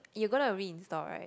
you gonna reinstall right